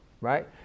right